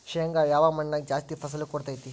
ಶೇಂಗಾ ಯಾವ ಮಣ್ಣಾಗ ಜಾಸ್ತಿ ಫಸಲು ಕೊಡುತೈತಿ?